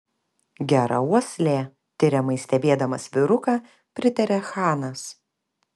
gera uoslė tiriamai stebėdamas vyruką pritarė chanas